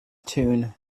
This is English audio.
tune